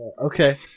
Okay